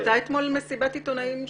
הייתה אתמול מסיבת עיתונאים שלמה,